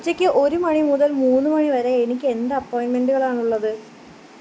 ഉച്ചയ്ക്ക് ഒരു മണി മുതൽ മൂന്ന് മണി വരെ എനിക്ക് എന്ത് അപ്പോയിൻമെൻറ്റുകളാണ് ഉള്ളത്